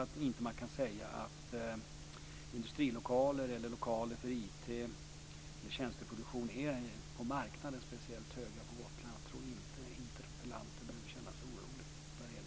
Man kan inte heller säga att kostnaden för industrilokaler, lokaler för IT eller för tjänsteproduktion är speciellt hög på marknaden på Gotland. Jag tror inte att interpellanten behöver känna sig orolig i det fallet.